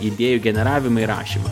idėjų generavimui rašymą